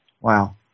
Wow